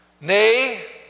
Nay